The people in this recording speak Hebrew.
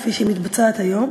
כפי שהיא מתבצעת היום,